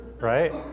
right